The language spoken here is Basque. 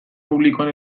publikoan